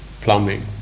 plumbing